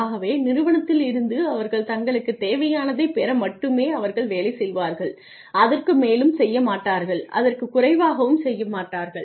ஆகவே நிறுவனத்தில் இருந்து அவர்கள் தங்களுக்குத் தேவையானதைப் பெற மட்டுமே அவர்கள் வேலை செய்வார்கள் அதற்கு மேலும் செய்ய மாட்டார்கள் அதற்குக் குறைவாகவும் செய்ய மாட்டார்கள்